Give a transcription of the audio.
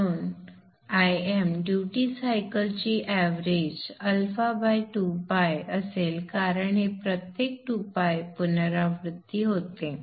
म्हणून म्हणून I m duty cycle ची एवरेज α2π असेल कारण हे प्रत्येक 2π पुनरावृत्ती होते